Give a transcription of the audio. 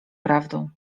prawdą